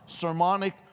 sermonic